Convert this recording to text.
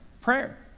Prayer